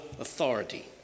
Authority